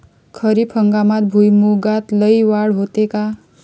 खरीप हंगामात भुईमूगात लई वाढ होते का?